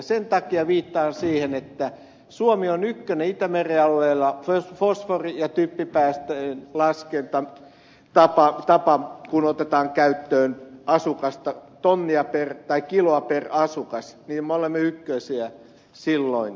sen takia viittaan siihen että suomi on ykkönen itämeren alueella ja fosforia typpipäästöihin lasketaan rata täyttää kun otetaan käyttöön fosfori ja typpipäästöjen laskentatapa kiloa per asukas me olemme ykkösiä silloin